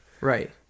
Right